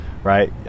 right